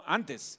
antes